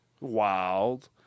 wild